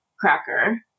cracker